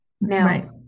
Now